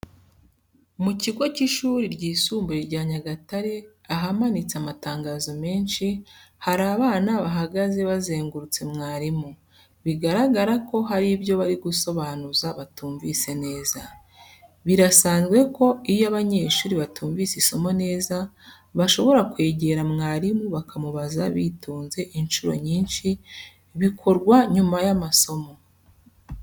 Mu kigo cy'ishuri ryisumbuye rya Nyagatare ahamanitse amatangazo menshi, hari abana bahagaze bazengurutse mwarimu, bigaragara ko hari ibyo bari gusobanuza batumvise neza. Birasanzwe ko iyo abanyeshuri batumvise isomo neza, bshobora kwegera mwarimu bakamubaza bitonze inshuro nyinshi bikorwa nyuma y'amasomo.